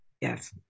Yes